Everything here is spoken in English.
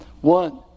One